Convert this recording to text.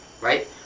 right